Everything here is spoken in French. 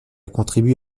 contribue